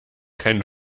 keinen